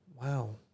Wow